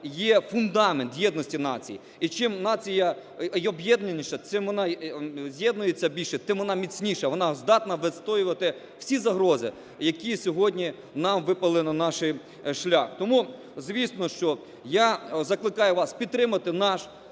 є фундамент єдності нації. І чим нація об'єднаніша, чим вона з'єднується більше, тим вона міцніша, вона здатна відстоювати всі загрози, які сьогодні нам випали на наш шлях. Тому звісно, що я закликаю вас підтримати наш